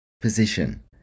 position